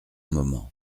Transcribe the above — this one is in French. moment